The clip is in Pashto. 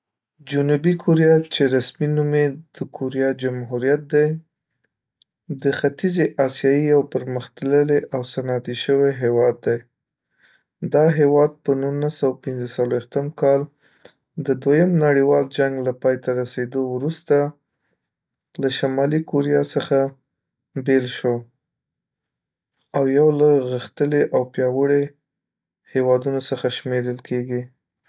جنوبی کوریا، چې رسمي نوم یې د کوریا جمهوریت دی، د ختیځې آسیایې یوه پرمختللې او صنعتي شوې هېواد دی. دا هېواد په نولس سوه پنځه څلوېښتم کال د دویم نړیوال جنګ له پای ته رسېدو وروسته، له شمالي کوریا څخه بېل شو او یو له غښتلي او پیاوړي هېوادونو څخه شمیرل کیږي.